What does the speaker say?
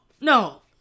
no